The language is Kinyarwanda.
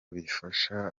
bifasha